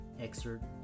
excerpt